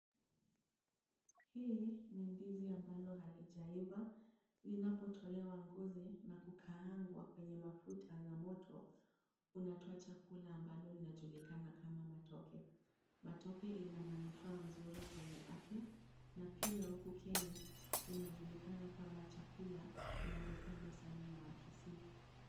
Hii ni ndizi ambalo halijaiva. Linapotolewa ngozi na kukaangwa kwenye mafuta na moto, unatoa chakula ambalo linajulikana kama matoke . Matoke ina manufaa mzuri kwenye afya na pia huku Kenya, inajulikana kama chakula linalopendwa sana na wakisii.